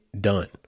done